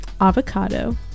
Avocado